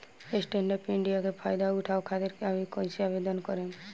Stand up India के फाइदा उठाओ खातिर कईसे आवेदन करेम?